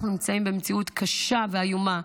אנחנו נמצאים במציאות קשה ואיומה.